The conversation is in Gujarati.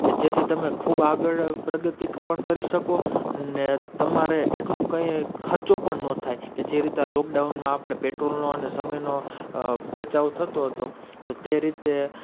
કે જેથી તમે ખૂબ આગળ પ્રગતિ પણ કરી શકો ને તમારે એટલું કંઈ ખર્ચો પણ નો થાય કે જે રીતે આ લોકડાઉનમાં આપણે પેટ્રોલનો અને સમયનો બચાવ થતો હતો તો તે રીતે